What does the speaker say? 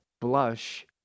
blush